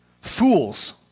Fools